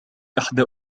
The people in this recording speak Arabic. إحدى